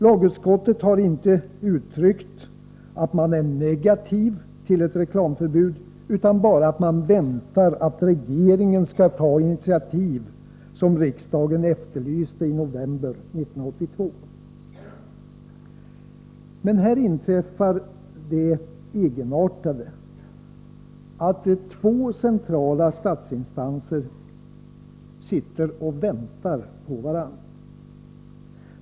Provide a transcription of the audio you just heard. Lagutskottet har inte uttryckt att man är 109 negativ till ett reklamförbud utan bara att man väntar att regeringen skall ta de initiativ som riksdagen efterlyste i november 1982. Men här inträffar det egenartade, att två centrala statsinstanser sitter och väntar på varandra.